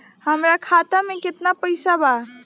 हमरा खाता में केतना पइसा बा?